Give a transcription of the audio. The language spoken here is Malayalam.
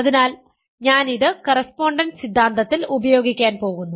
അതിനാൽ ഞാൻ ഇത് കറസ്പോണ്ടൻസ് സിദ്ധാന്തത്തിൽ ഉപയോഗിക്കാൻ പോകുന്നു